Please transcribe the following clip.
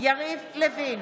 יריב לוין,